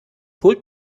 holt